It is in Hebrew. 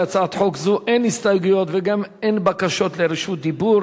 להצעת חוק זו אין הסתייגויות וגם אין בקשות לרשות דיבור.